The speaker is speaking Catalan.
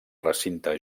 recinte